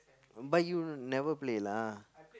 but you never play lah